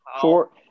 Four